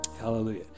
Hallelujah